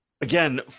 again